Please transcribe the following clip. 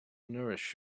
nourish